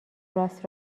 راست